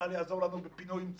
צה"ל יעזור לנו בפינוי אם צריך.